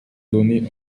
donnés